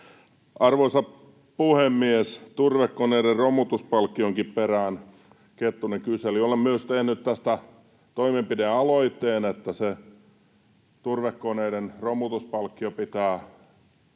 Arvoisa puhemies! Turvekoneiden romutuspalkkionkin perään Kettunen kyseli. Olen myös tehnyt toimenpidealoitteen tästä, että se turvekoneiden romutuspalkkio pitää